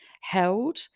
held